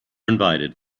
invited